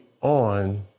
on